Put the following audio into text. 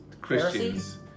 Christians